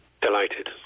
Delighted